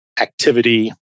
activity